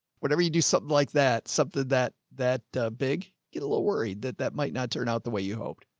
whenever you do something like that, something that, that ah, big, get a little worried that that might not turn out the way you hoped.